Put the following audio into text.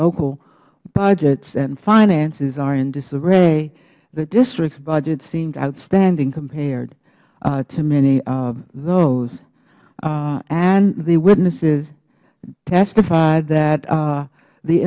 local budgets and finances are in disarray the districts budget seemed outstanding compared to many of those and the witnesses testified that